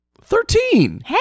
Thirteen